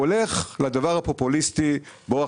והוא הולך לדבר הפופוליסטי: בואו,